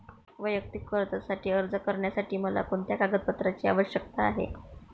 वैयक्तिक कर्जासाठी अर्ज करण्यासाठी मला कोणत्या कागदपत्रांची आवश्यकता आहे?